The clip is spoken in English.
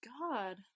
god